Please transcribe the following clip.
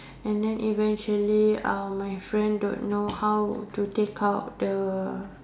and then eventually my friend don't know how to take out the